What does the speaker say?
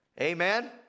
Amen